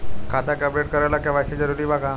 खाता के अपडेट करे ला के.वाइ.सी जरूरी बा का?